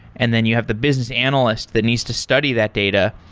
and then you have the business analyst that needs to study that data.